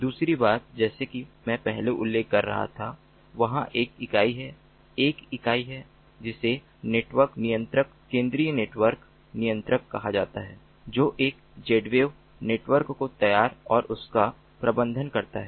दूसरी बात जैसा कि मैं पहले उल्लेख कर रहा था वहाँ एक इकाई है एक इकाई है जिसे नेटवर्क नियंत्रक केंद्रीय नेटवर्क नियंत्रक कहा जाता है जो एक Zwave नेटवर्क को तैयार और उसका प्रबंधन करता है